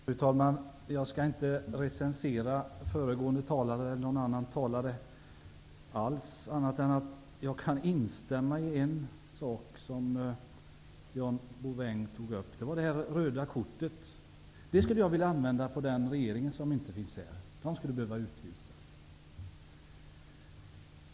Fru talman! Jag skall inte recensera föregående talare eller någon annan talare. Jag kan instämma i något som John Bouvin sade. Han visade rött kort, och jag skulle vilja använda rött kort på regeringen, som inte finns här i kammaren. Den skulle behöva utvisas.